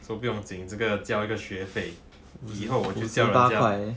so 不用紧这个交一个学费以后我叫人家